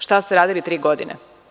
Šta ste radili tri godine?